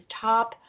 top